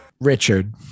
Richard